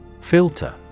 Filter